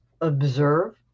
observe